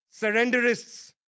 surrenderists